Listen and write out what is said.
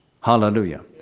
Hallelujah